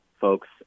folks